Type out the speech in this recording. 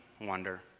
wonder